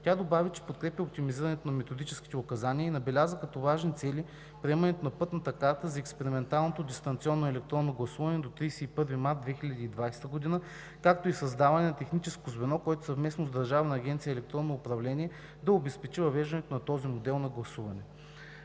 Тя добави, че подкрепя оптимизирането на методическите указания и набеляза като важни цели приемането на пътната карта за експерименталното дистанционно електронно гласуване до 31 март 2020 г., както и създаването на техническо звено, което съвместно с Държавна агенция „Електронно управление“, да обезпечи въвеждането на този модел на гласуване.